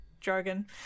jargon